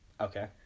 Okay